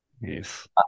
yes